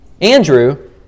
Andrew